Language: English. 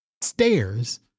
stairs